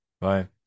Bye